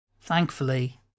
Thankfully